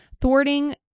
thwarting